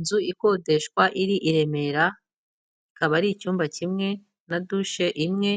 Inzu ikodeshwa iri i Remera, ikaba ari icyumba kimwe na dushe imwe,